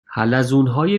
حلزونهای